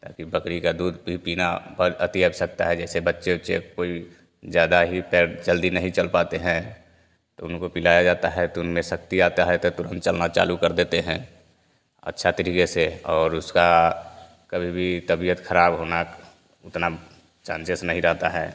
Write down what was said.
ताकी बकरी का दूध भी पीना और अति आवश्कता है जैसे बच्चे उच्चे कोई ज़्यादा ही पैर जल्दी नहीं चल पाते हैं तो उनको पिलाया जाता है तो उनमें शक्ति आता है तब तो हम चलना चालू कर देते हैं अच्छा तरीके से और उसका कभी भी तबियत खराब होना इतना चेंजेस नहीं रहता है